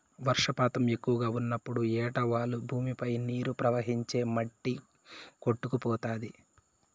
వర్షపాతం ఎక్కువగా ఉన్నప్పుడు ఏటవాలు భూమిపై నీరు ప్రవహించి మట్టి కొట్టుకుపోతాది